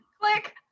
Click